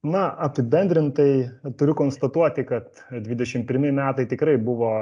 na apibendrintai turiu konstatuoti kad dvidešim pirmi metai tikrai buvo